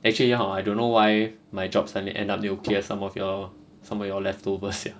actually hor I don't know why my job suddenly end up need to clear some of your some of your leftovers sia